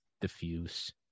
diffuse